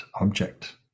object